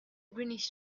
greenish